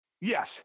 Yes